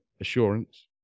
assurance